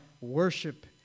worship